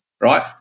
right